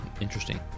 interesting